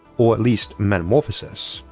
or at least metamorphosis.